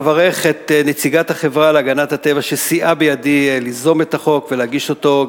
אברך את נציגת החברה להגנת הטבע שסייעה בידי ליזום את החוק ולהגיש אותו,